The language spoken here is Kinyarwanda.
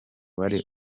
wari